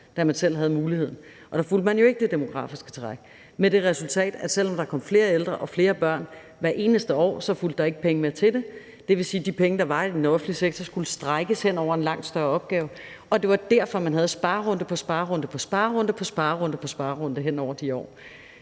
da man selv havde muligheden. Og da fulgte man jo ikke det demografiske træk med det resultat, at selv om der kom flere ældre og flere børn hvert eneste år, så fulgte der ikke penge med. Det vil sige, at de penge, der var i den offentlige sektor, skulle strækkes hen over en langt større opgave. Det var derfor, at man havde sparerunde på sparerunde på sparerunde hen over de år.